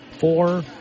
four